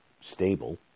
stable